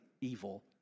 evil